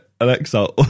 Alexa